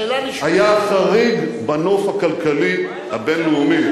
היה חריג בנוף הכלכלי הבין-לאומי.